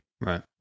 Right